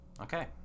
okay